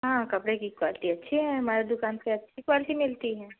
हाँ कपड़े की क्वालिटी अच्छी है हमारी दुकान पर अच्छी क्वालिटी मिलती है